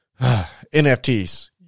NFTs